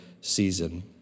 season